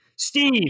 Steve